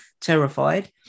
terrified